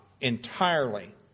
entirely